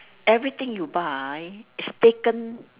everything you buy is taken